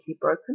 broken